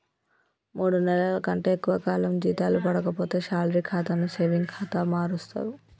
మూడు నెలల కంటే ఎక్కువ కాలం జీతాలు పడక పోతే శాలరీ ఖాతాని సేవింగ్ ఖాతా మారుస్తరు